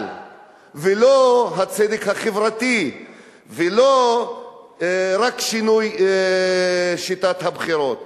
ולא הצדק החברתי ולא רק שינוי שיטת הבחירות,